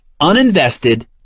uninvested